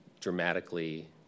dramatically